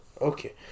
Okay